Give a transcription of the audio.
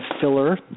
filler